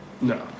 No